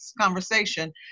conversation